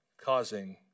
causing